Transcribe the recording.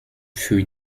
für